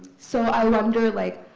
so i wonder, like,